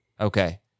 Okay